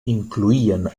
incloïen